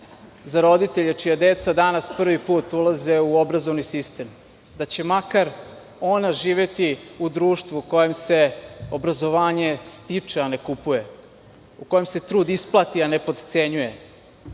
za roditelje čija deca danas prvi put ulaze u obrazovni sistem, da će makar ona živeti u društvu u kojem se obrazovanje stiče, a ne kupuje, u kojem se trud isplati, a ne potcenjuje?